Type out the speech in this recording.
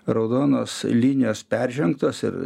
raudonos linijos peržengtos ir